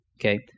Okay